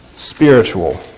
Spiritual